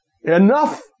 Enough